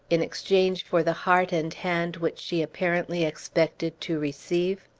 in exchange for the heart and hand which she apparently expected to receive?